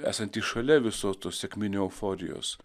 esantys šalia visos tos sekminių euforijos